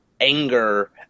anger